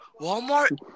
Walmart